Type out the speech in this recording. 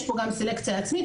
יש פה גם סלקציה עצמית.